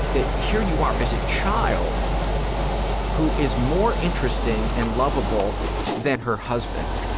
that here you are as a child who is more interesting and lovable than her husband?